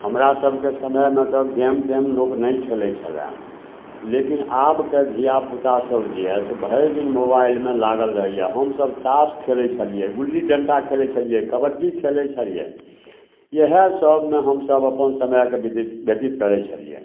हमरासभके समयमे तऽ गेम तेम लोक नहि खेलै छलै लेकिन आबके धिआपुतासभ जे यऽ से भरिदिन मोबाइलमे लागल रहैए हमसभ ताश खेलै छलिए गुल्ली डन्टा खेलै छलिए कबड्डी खेलै छलिए इएहसबमे हमसभ अपन समयके व्यतित व्यतित करै छलिए